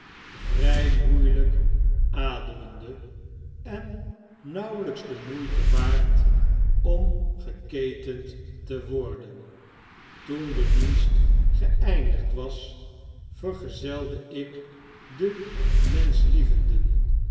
k ademende en nauweiyks de moeite waard om geketend te worden toen de dienst geeindigd was vergezeldeik den